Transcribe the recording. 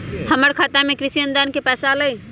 हमर खाता में कृषि अनुदान के पैसा अलई?